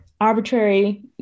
arbitrary